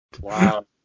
Wow